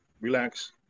Relax